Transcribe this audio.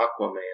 Aquaman